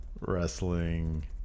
Wrestling